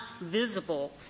visible